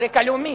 על רקע לאומי.